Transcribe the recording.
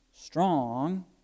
strong